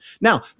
Now